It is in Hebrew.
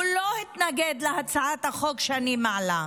הוא לא התנגד להצעת החוק שאני מעלה.